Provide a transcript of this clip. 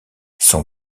son